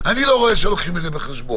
למצב שבו אנחנו מכריזים אזור מוגבל.